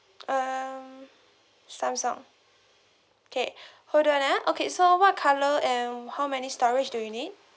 um samsung okay hold on ah okay so what colour and how many storage do you need